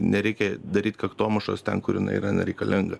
nereikia daryt kaktomušos ten kur jinai yra nereikalinga